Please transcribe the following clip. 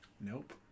Nope